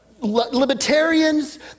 libertarians